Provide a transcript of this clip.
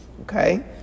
Okay